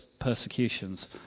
persecutions